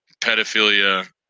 pedophilia